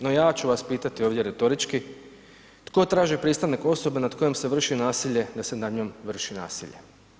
No ja ću vas pitati ovdje retorički tko traži pristanak osobe nad kojom se vrši nasilje da se na njom vrši nasilje.